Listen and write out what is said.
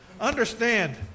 understand